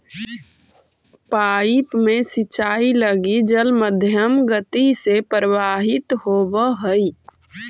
pipe में सिंचाई लगी जल मध्यम गति से प्रवाहित होवऽ हइ